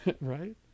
Right